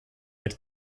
mit